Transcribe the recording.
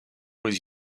was